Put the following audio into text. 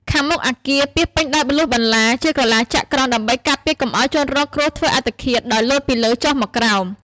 ខាងមុខអគារពាសពេញដោយលួសបន្លាជាក្រឡាចក្រត្រង្គ ដេីម្បីការពារកុំអោយជនរងគ្រោះធ្វើអត្តឃាតដោយលោតពីលើចុះមកក្រោម។